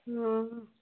हँ